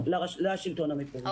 לשלטון המקומי.